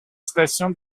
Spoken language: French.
station